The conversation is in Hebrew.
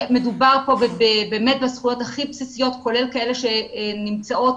מדובר פה בזכויות הכי בסיסיות, כולל כאלה שנמצאות